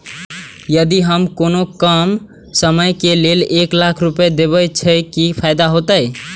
यदि हम कोनो कम समय के लेल एक लाख रुपए देब छै कि फायदा होयत?